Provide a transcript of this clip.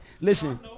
Listen